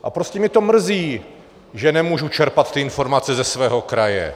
A prostě mě to mrzí, že nemůžu čerpat ty informace ze svého kraje.